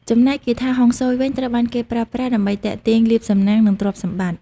ចំណែកគាថាហុងស៊ុយវិញ ត្រូវបានគេប្រើប្រាស់ដើម្បីទាក់ទាញលាភសំណាង និងទ្រព្យសម្បត្តិ។